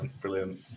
Brilliant